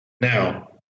Now